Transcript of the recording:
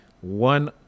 one